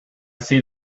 see